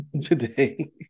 today